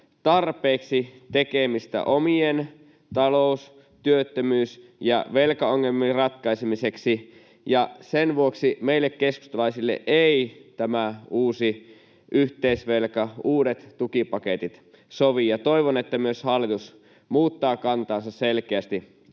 tarpeeksi tekemistä omien talous-, työttömyys- ja velkaongelmien ratkaisemiseksi, ja sen vuoksi meille keskustalaisille ei tämä uusi yhteisvelka, uudet tukipaketit, sovi. Toivon, että myös hallitus muuttaa kantaansa selkeästi